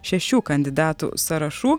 šešių kandidatų sąrašų